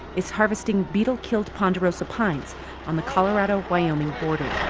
is harvesting beetle-killed ponderosa pines on the colorado-wyoming border.